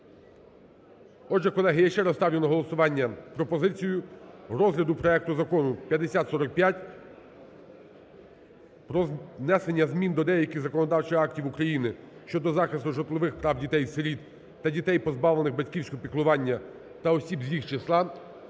Отже, колеги, я ще раз ставлю на голосування пропозицію розгляду проект Закону 5045 про внесення змін до деяких законодавчих актів України щодо захисту житлових прав дітей-сиріт та дітей, позбавлених батьківського піклування, та осіб з їх числа